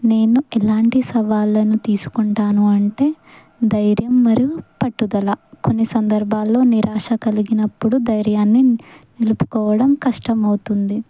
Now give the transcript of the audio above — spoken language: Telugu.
నేను ఎలాంటి సవాళ్ళను తీసుకుంటాను అంటే ధైర్యం మరియు పట్టుదల కొన్ని సందర్భాల్లో నిరాశ కలిగినప్పుడు ధైర్యాన్ని నిలుపుకోవడం కష్టమవుతుంది